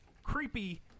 Creepy